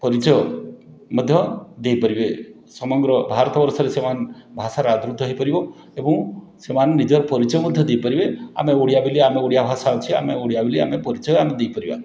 ପରିଚୟ ମଧ୍ୟ ଦେଇ ପାରିବେ ସମଗ୍ର ଭାରତ ବର୍ଷରେ ସେମାନେ ଭାଷାର ଆଦୃତ ହେଇପାରିବ ଏବଂ ସେମାନେ ନିଜର ପରିଚୟ ମଧ୍ୟ ଦେଇପାରିବେ ଆମେ ଓଡ଼ିଆ ବୋଲି ଆମ ଓଡ଼ିଆ ଭାଷା ଅଛି ଆମେ ଓଡ଼ିଆ ବୋଲି ଆମେ ପରିଚୟ ଆମେ ଦେଇପାରିବା